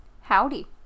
Howdy